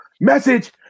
message